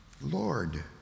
Lord